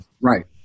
Right